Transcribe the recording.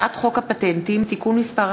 הצעת חוק הפטנטים (תיקון מס'